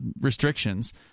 restrictions